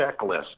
checklist